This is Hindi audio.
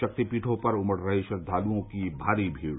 शक्तिपीठों पर उमड़ रही श्रद्वालुओं की भारी भीड़